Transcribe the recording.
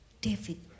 David